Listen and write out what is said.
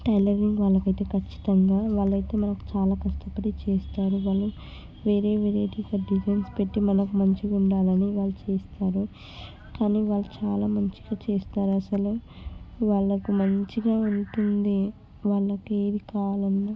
tailoring వాళ్ళకు అయితే ఖచ్చితంగా వాళ్ళకి మనం చాలా కష్టపడి చేస్తారు వాళ్ళు వేరే వేరే డిఫరెంట్ డిజైన్స్ పెట్టి మనకు మంచిగా ఉండాలని వాళ్ళు చేస్తారు కానీ వాళ్ళు చాలా మంచిగా చేస్తారు అసలు వాళ్ళకు మంచిగా ఉంటుంది వాళ్ళకి ఏది కావాలన్నా